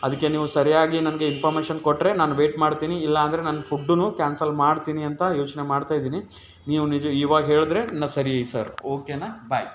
ಅದಕ್ಕೆ ನೀವು ಸರಿಯಾಗಿ ನನ್ಗೆ ಇನ್ಫೊಮೇಷನ್ ಕೊಟ್ಟರೆ ನಾನು ವೇಟ್ ಮಾಡ್ತೀನಿ ಇಲ್ಲ ಅಂದರೆ ನಾನು ಫುಡ್ಡನ್ನೂ ಕ್ಯಾನ್ಸಲ್ ಮಾಡ್ತೀನಿ ಅಂತ ಯೋಚನೆ ಮಾಡ್ತಾಯಿದ್ದೀನಿ ನೀವು ನಿಜ ಇವಾಗ ಹೇಳಿದ್ರೆನಾ ಸರಿ ಸರ್ ಓಕೆನಾ ಬಾಯ್